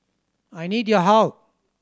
I need your help